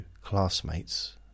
classmates